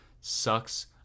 sucks